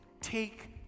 Take